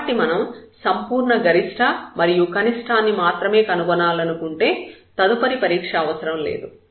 కాబట్టి మనం సంపూర్ణ గరిష్ట మరియు కనిష్ఠాన్ని మాత్రమే కనుగొనాలనుకుంటే తదుపరి పరీక్ష అవసరం లేదు